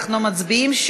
אנחנו מצביעים,